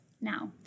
Now